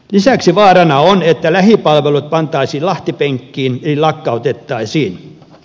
lisäksi vaarana on että lähipalvelut pantaisiin lahtipenkkiin eli lakkautettaisiin